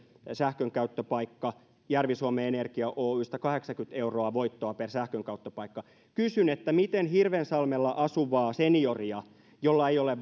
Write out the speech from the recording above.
sähkönkäyttöpaikka järvi suomen energia oy kahdeksankymmentä euroa voittoa per sähkönkäyttöpaikka kysyn miten hirvensalmella asuvaa senioria jolla ei ole